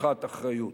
לקיחת אחריות.